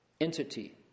entity